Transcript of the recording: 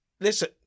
listen